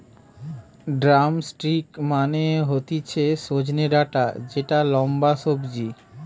drumstick মানে হতিছে সজনে ডাটা যেটা লম্বা সবজি